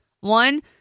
One